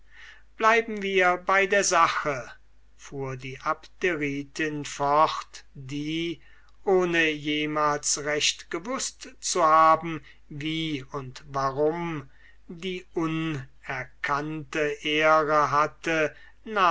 bleiben wir bei der sache fuhr die abderitin fort die ohne jemals recht gewußt zu haben wie und warum die unerkannte ehre hatte